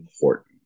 important